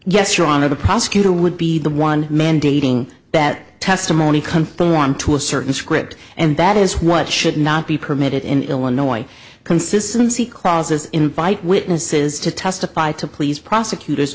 honor the prosecutor would be the one mandating that testimony conform to a certain script and that is what should not be permitted in illinois consistency clauses invite witnesses to testify to please prosecutors